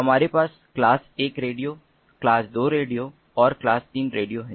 हमारे पास क्लास एक रेडियो क्लास 2 रेडियो और क्लास 3 रेडियो है